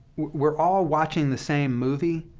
we're all watching the same movie,